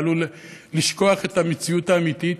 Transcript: אתה עלול לשכוח את המציאות האמיתית,